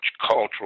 cultural